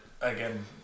again